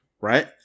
right